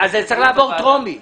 זה צריך לעבור קריאה טרומית.